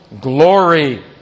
glory